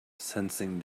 sensing